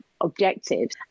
objectives